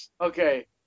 Okay